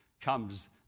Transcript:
comes